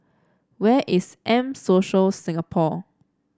where is M Social Singapore